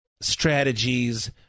strategies